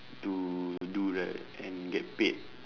to do right and get paid